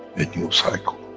a new cycle,